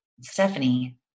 Stephanie